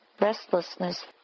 restlessness